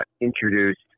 introduced